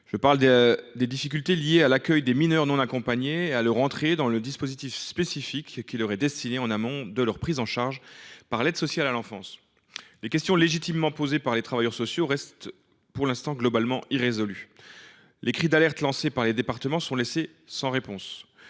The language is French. veux parler des difficultés liées à l’accueil des mineurs non accompagnés (MNA) et à leur entrée dans le dispositif spécifique qui leur est destiné, en amont de leur prise en charge par l’aide sociale à l’enfance (ASE). Les questions légitimement posées par les travailleurs sociaux restent globalement irrésolues à ce jour. Les cris d’alerte lancés par les départements sont laissés sans réponse.